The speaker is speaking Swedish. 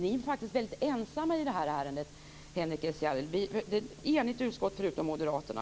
Ni är faktiskt väldigt ensamma i det här ärendet, Henrik S Järrel. Utskottet är enigt, förutom moderaterna.